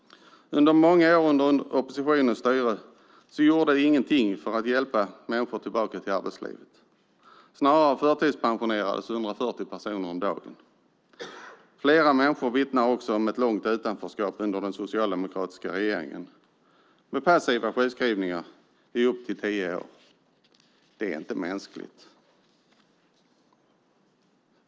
Under många år av oppositionens styre gjordes ingenting för att hjälpa människor tillbaka till arbetslivet. I stället förtidspensionerades 140 personer om dagen. Flera människor vittnar också om ett långt utanförskap under den socialdemokratiska regeringen med passiva sjukskrivningar i upp till tio år. Det är inte mänskligt.